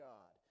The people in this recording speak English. God